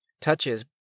touches